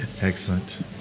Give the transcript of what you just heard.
Excellent